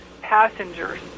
passengers